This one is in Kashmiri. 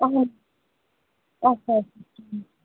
آ اچھا اچھا ٹھیٖک